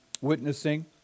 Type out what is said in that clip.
witnessing